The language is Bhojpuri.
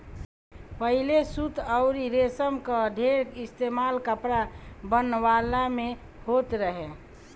पहिले सूत अउरी रेशम कअ ढेर इस्तेमाल कपड़ा बनवला में होत रहे